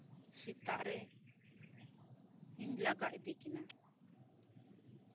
ᱥᱮᱛᱟᱜ ᱨᱮᱧ ᱞᱟᱜᱟ ᱤᱫᱤ ᱠᱤᱱᱟᱹ